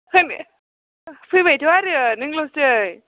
फैबाय फैबायथ' आरो नोंल'सै